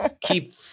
keep